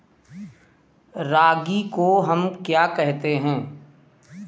रागी को हम क्या कहते हैं?